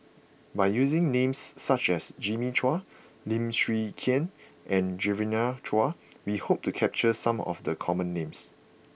by using names such as Jimmy Chua Lim Chwee Chian and Genevieve Chua we hope to capture some of the common names